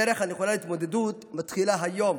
הדרך הנכונה להתמודדות מתחילה היום,